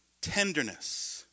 tenderness